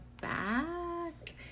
back